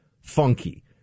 funky